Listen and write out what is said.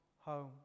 home